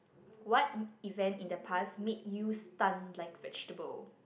what event in the past made you stunned like vegetable